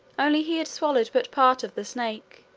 only he had swallowed but part of the snake,